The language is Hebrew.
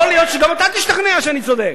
יכול להיות שגם אתה תשתכנע שאני צודק,